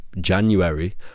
january